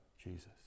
Jesus